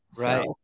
right